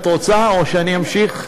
את רוצה או שאני אמשיך?